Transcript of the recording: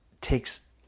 takes